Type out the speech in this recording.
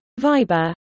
Viber